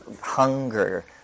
hunger